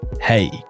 Hey